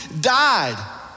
died